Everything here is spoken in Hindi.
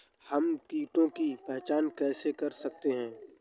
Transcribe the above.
हम कीटों की पहचान कैसे कर सकते हैं?